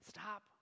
Stop